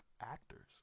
actors